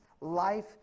life